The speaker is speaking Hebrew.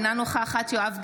אינה נוכחת יואב גלנט,